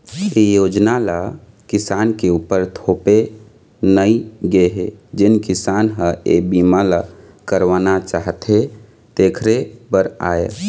ए योजना ल किसान के उपर थोपे नइ गे हे जेन किसान ह ए बीमा ल करवाना चाहथे तेखरे बर आय